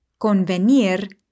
convenir